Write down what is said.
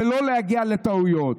ולא להגיע לטעויות.